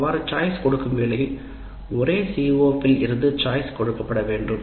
அவ்வாறு சாய்ஸ் கொடுக்கும் வேலையில் ஒரே CO வில் இருந்து சாய்ஸ் கொடுக்கப்படவேண்டும்